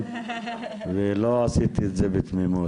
כי אי אפשר לפרוץ את הדבר הזה.